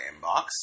inbox